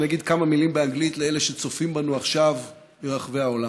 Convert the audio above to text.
אני אגיד כמה מילים באנגלית לאלה שצופים בנו עכשיו מרחבי העולם: